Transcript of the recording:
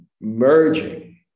merging